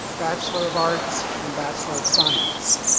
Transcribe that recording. bachelor of arts, and bachelor of science.